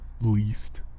least